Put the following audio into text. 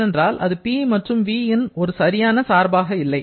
ஏனென்றால் அது P மற்றும் v ன் ஒரு சரியான சார்பாக இல்லை